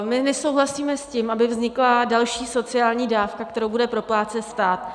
My nesouhlasíme s tím, aby vznikla další sociální dávka, kterou bude proplácet stát.